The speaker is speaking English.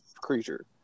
creature